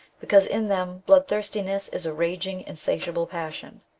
because in them bloodthirstiness is a raging insatiable passion.